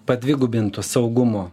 padvigubinto saugumo